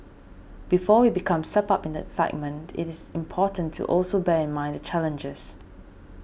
before we become swept up in the excitement it is important to also bear in mind the challenges